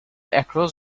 across